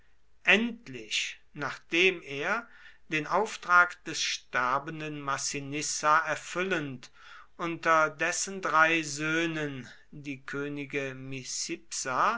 endlich nachdem er den auftrag des sterbenden massinissa erfüllend unter dessen drei söhne die könige